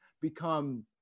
become